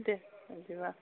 दे बिदिबा